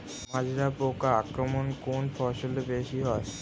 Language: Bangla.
মাজরা পোকার আক্রমণ কোন ফসলে বেশি হয়?